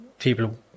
people